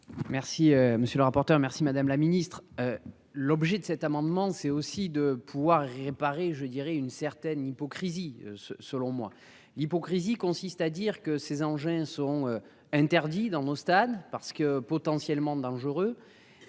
Merci monsieur le rapporteur. Merci madame la ministre. L'objet de cet amendement, c'est aussi de pouvoir réparer je dirais une certaine hypocrisie ce selon moi l'hypocrisie consiste à dire que ces engins sont interdits dans nos stades parce que potentiellement dangereux.